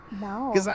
No